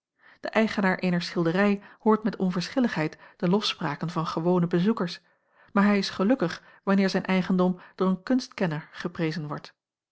de eigenaar eener schilderij hoort met onverschilligheid de lofspraken van gewone bezoekers maar hij is gelukkig wanneer zijn eigendom door een kunstkenner geprezen wordt